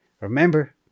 Remember